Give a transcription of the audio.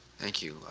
thank you.